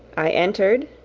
i entered,